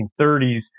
1930s